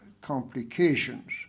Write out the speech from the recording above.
complications